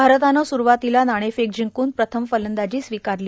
भारतानं स्रूवातीला नाणेफेक जिंकून प्रथम फलंदाजी स्विकारली